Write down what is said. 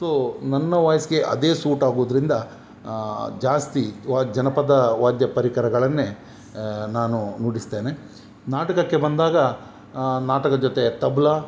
so ನನ್ನ ವಾಯ್ಸ್ಗೆ ಅದೇ ಸೂಟ್ ಆಗೋದರಿಂದ ಜಾಸ್ತಿ ವಾ ಜನಪದ ವಾದ್ಯ ಪರಿಕರಗಳನ್ನೇ ನಾನು ನುಡಿಸ್ತೇನೆ ನಾಟಕಕ್ಕೆ ಬಂದಾಗ ನಾಟಕದ ಜೊತೆ ತಬಲ